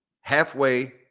halfway